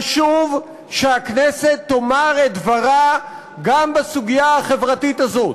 חשוב שהכנסת תאמר את דברה גם בסוגיה החברתית הזו.